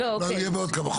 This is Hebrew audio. אולי הוא יהיה בעוד כמה חודשים.